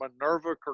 Minerva